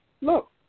look